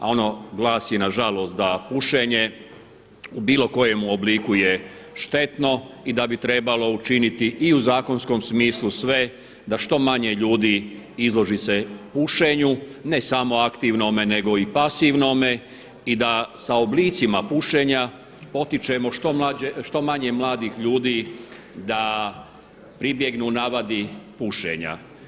A ono glasi nažalost da pušenje u bilo kojem obliku je štetno i da bi trebalo učiniti i u zakonskom smislu sve da što manje ljudi izloži se pušenju, ne samo aktivnome nego i pasivnome i da sa oblicima pušenja potičemo što manje mladih ljudi da pribjegnu navadi pušenja.